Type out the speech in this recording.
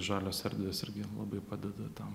žalios erdvės irgi labai padeda tam